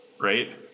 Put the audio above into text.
Right